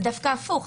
זה דווקא הפוך,